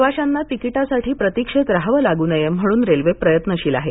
प्रवाशांना तिकिटासाठी प्रतिक्षेत राहावं लागू नये म्हणून रेल्वे प्रयत्नशील आहे